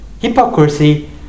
Hypocrisy